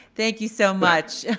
thank you so much,